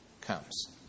comes